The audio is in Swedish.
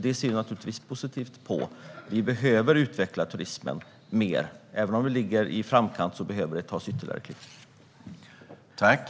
Vi ser naturligtvis positivt på turismen. Även om den ligger i framkant behöver man ta ytterligare kliv för att den ska utvecklas.